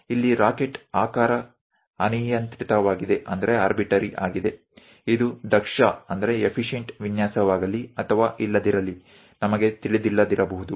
અહીં રોકેટનો આકાર કાલ્પનિક મનસ્વી arbitrary છે આ ડિઝાઇન કાર્યક્ષમ હોઈ શકે છે કે નહીં તે આપણે જાણી શકતા નથી